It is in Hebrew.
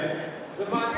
זה מעניין,